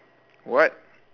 what